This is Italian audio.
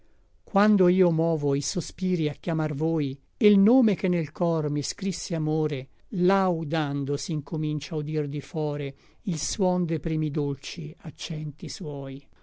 quando io movo i sospiri a chiamar voi e l nome che nel cor mi scrisse amore laudando s'incomincia udir di fore il suon de primi dolci accenti suoi